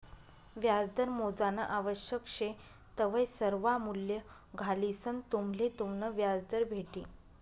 व्याजदर मोजानं आवश्यक शे तवय सर्वा मूल्ये घालिसंन तुम्हले तुमनं व्याजदर भेटी